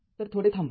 तरथोडे थांबा